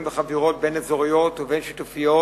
וחבירות בין-אזוריות ובין-שיתופיות.